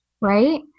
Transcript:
Right